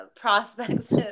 prospects